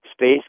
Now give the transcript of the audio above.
Space